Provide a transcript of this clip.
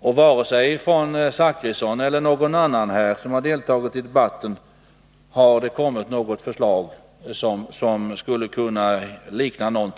Varken herr Zachrisson eller någon annan av oss som deltagit i debatten har kommit med något förslag som skulle kunna likna